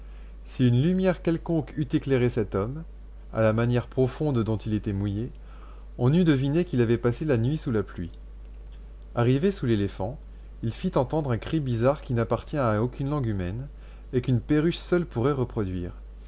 si une lumière quelconque eût éclairé cet homme à la manière profonde dont il était mouillé on eût deviné qu'il avait passé la nuit sous la pluie arrivé sous l'éléphant il fit entendre un cri bizarre qui n'appartient à aucune langue humaine et qu'une perruche seule pourrait reproduire